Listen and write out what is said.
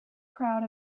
crowd